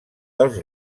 dels